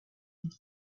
and